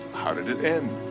how did it end?